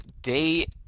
day